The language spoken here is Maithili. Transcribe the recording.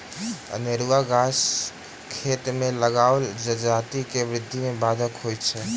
अनेरूआ गाछ खेत मे लगाओल जजाति के वृद्धि मे बाधक होइत अछि